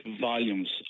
volumes